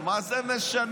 אבל מה זה משנה?